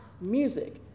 music